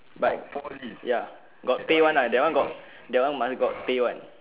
but ya got pay one lah that one got that one must got pay one